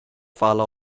vallen